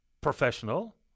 professional